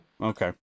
Okay